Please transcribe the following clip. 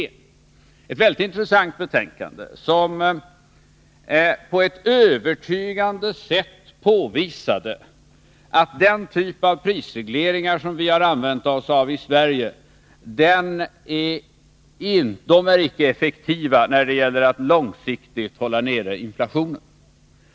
Det var ett väldigt intressant betänkande, som på ett övertygande sätt påvisade att den typ av prisregleringar som vi har använt oss av i Sverige inte är effektiv när det gäller att långsiktigt hålla nere inflationen.